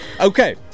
Okay